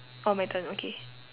oh my turn okay